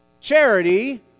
charity